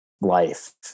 life